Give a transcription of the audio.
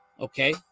Okay